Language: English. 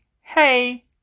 Hey